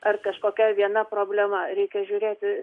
ar kažkokia viena problema reikia žiūrėti